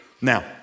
Now